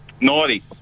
Naughty